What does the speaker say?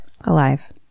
alive